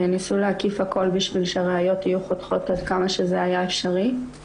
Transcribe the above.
וניסו להקיף הכול בשביל שהראיות יהיו חותכות עד כמה שזה היה אפשרי,